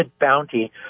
bounty